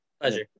pleasure